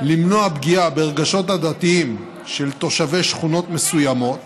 למנוע פגיעה ברגשות הדתיים של תושבי שכונות מסוימות